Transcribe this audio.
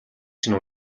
чинь